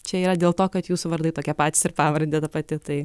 čia yra dėl to kad jūsų vardai tokie patys ir pavardė ta pati tai